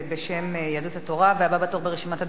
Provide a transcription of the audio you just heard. הבא בתור ברשימת הדוברים,